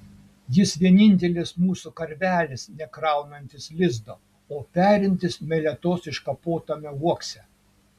jis vienintelis mūsų karvelis nekraunantis lizdo o perintis meletos iškapotame uokse